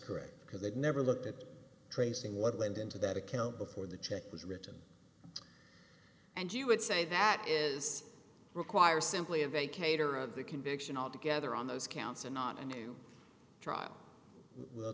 correct because they've never looked at tracing what went into that account before the check was written and you would say that is require simply of a caterer of the conviction all together on those counts and not a new trial will